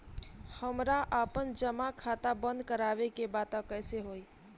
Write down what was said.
हमरा आपन जमा खाता बंद करवावे के बा त कैसे होई?